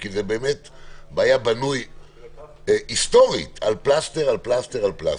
כי זה בנוי מבחינה היסטורית כפלסטר על פלסטר.